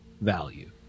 value